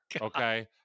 okay